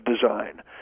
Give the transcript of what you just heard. Design